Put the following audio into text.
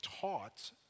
taught